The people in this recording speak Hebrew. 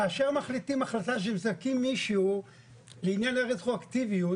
כאשר מחליטים החלטה שמזכים מישהו לעניין הרטרואקטיביות,